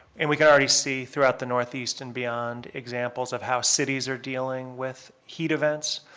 and we can already see throughout the northeast and beyond examples of how cities are dealing with heat events,